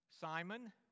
Simon